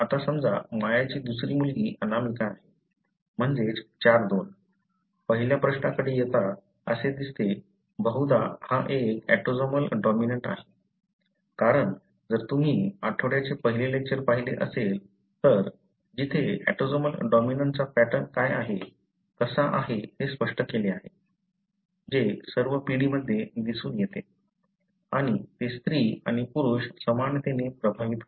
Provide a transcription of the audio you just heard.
आता समजा मायाची दुसरी मुलगी अनामिका आहे म्हणजेच IV 2 पहिल्या प्रश्नाकडे येता असे दिसते बहुधा हा एक ऑटोसोमल डोमिनंट आहे कारण जर तुम्ही आठवड्याचे पहिले लेक्चर पहिले असेल तर जिथे ऑटोसोमल डोमिनंटचा पॅटर्न काय आहे कसा आहे हे स्पष्ट केले आहे जे सर्व पिढीमध्ये दिसून येते आणि ते स्त्री आणि पुरुष समानतेने प्रभावित करते